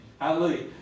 Hallelujah